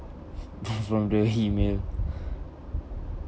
from the email